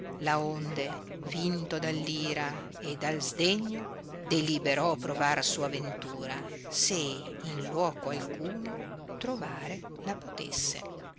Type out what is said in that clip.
errando laonde vinto dall ira e dal sdegno deliberò provar sua ventura se in luoco alcuno trovare la potesse